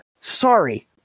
sorry